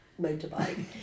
motorbike